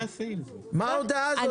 מה ההודעה הזאת?